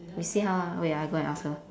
we see how ah wait ah I go and ask her